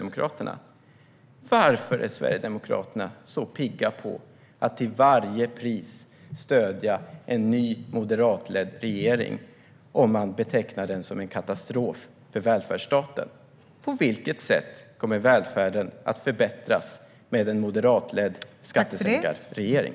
Då måste jag fråga mig: Varför är Sverigedemokraterna så pigga på att till varje pris stödja en ny moderatledd regering om man betecknar den som en katastrof för välfärdsstaten? På vilket sätt kommer välfärden att förbättras med en moderatledd skattesänkarregering?